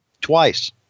Twice